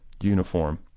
uniform